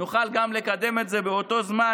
נוכל לקדם את זה באותו זמן.